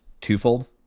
twofold